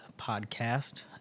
Podcast